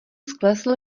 sklesl